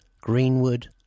Greenwood